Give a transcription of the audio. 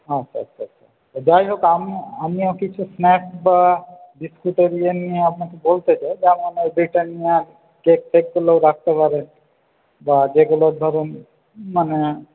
আচ্ছা আচ্ছা আচ্ছা তো যাই হোক আমি আমিও কিছু স্ন্যাক্স বা বিস্কুটের জন্য আপনাকে বলতে চাই বা ব্রিটানিয়ার কেক টেকগুলোও রাখতে পারেন বা যেগুলোর ধরুন মানে